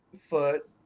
foot